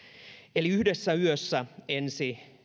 eli yhdessä yössä ensi